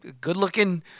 good-looking